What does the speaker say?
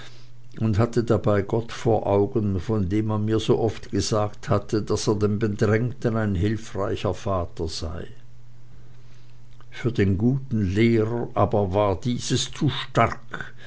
und hatte dabei gott vor augen von dem man mir so oft gesagt hatte daß er dem bedrängten ein hilfreicher vater sei für den guten lehrer aber war dies zu stark